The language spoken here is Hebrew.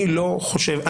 אני לא חושב